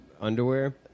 underwear